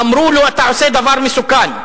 אמרו לו: אתה עושה דבר מסוכן,